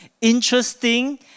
interesting